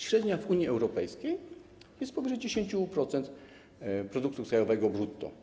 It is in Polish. Średnia w Unii Europejskiej jest powyżej 10% produktu krajowego brutto.